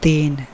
तीन